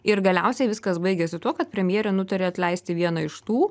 ir galiausiai viskas baigėsi tuo kad premjerė nutarė atleisti vieną iš tų